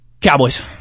Cowboys